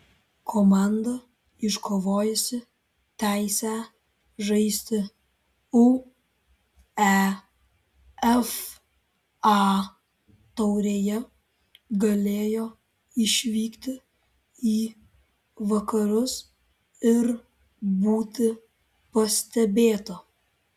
komanda iškovojusi teisę žaisti uefa taurėje galėjo išvykti į vakarus ir būti pastebėta